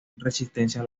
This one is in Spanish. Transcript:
resistencia